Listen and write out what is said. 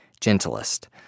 gentlest